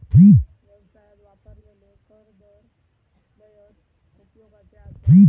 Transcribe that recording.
व्यवसायात वापरलेले कर दर लयच उपयोगाचे आसत